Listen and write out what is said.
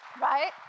right